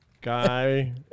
Guy